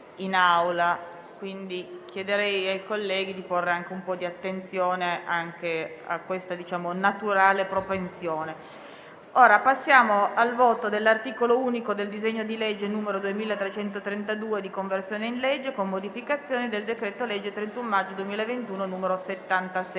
la votazione dell'articolo unico del disegno di legge n. 2332, di conversione in legge, con modificazioni, del decreto-legge 31 maggio 2021, n. 77,